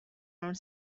around